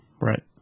Right